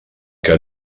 que